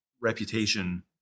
reputation